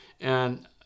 And-